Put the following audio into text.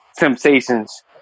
Temptations